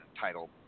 title